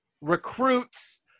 recruits